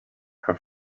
her